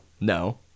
No